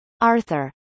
Arthur